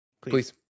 Please